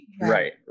Right